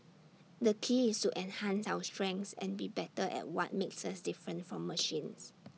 the key is to enhance our strengths and be better at what makes us different from machines